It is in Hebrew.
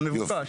המבוקש.